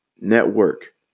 Network